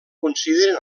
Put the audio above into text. consideren